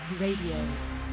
Radio